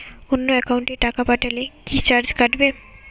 অন্য একাউন্টে টাকা পাঠালে কি চার্জ কাটবে?